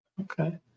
Okay